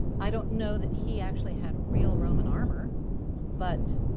i don't know that he actually had real roman armor but,